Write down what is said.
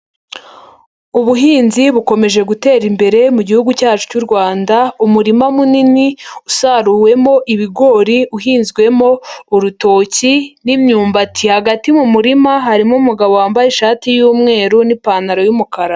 Ubuhinzi bukomeje gutera imbere mu gihugu cyacu cy'u Rwanda, umurima munini usaruwemo ibigori, uhinzwemo urutoki n'imyumbati, hagati mu murima harimo umugabo wambaye ishati y'umweru n'ipantaro y'umukara.